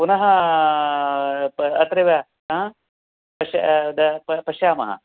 पुनः वा अत्रैव आं पश्यतु तद् प पश्यामः